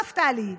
נפתלי,